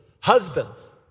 husbands